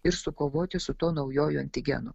ir sukovoti su tuo naujuoju antigenu